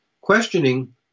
questioning